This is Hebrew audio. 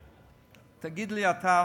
תגיד לי אתה,